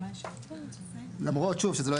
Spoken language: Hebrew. למרות ששוב,